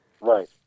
Right